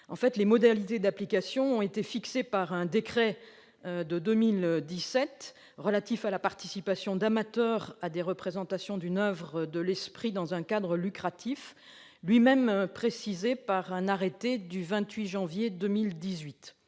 Ces modalités ont été fixées par le décret du 10 mai 2017 relatif à la participation d'amateurs à des représentations d'une oeuvre de l'esprit dans un cadre lucratif, lui-même précisé par un arrêté du 25 janvier 2018.